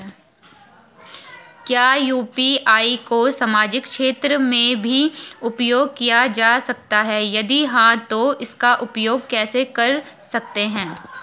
क्या यु.पी.आई को सामाजिक क्षेत्र में भी उपयोग किया जा सकता है यदि हाँ तो इसका उपयोग कैसे कर सकते हैं?